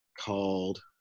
called